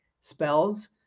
spells